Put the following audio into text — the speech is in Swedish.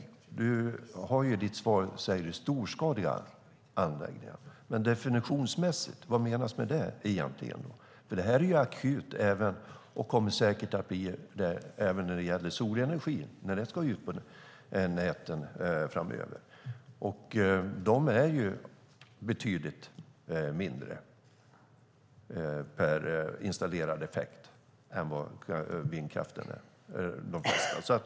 Du säger i ditt svar "storskaliga" anläggningar. Vad menas egentligen med det definitionsmässigt? Det här är akut och kommer säkert att bli det även när solenergin ska ut på näten framöver. De flesta av de anläggningarna är ju betydligt mindre per installerad effekt än vindkraften är.